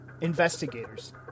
investigators